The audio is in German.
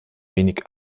wenig